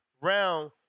round